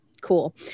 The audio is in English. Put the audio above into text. cool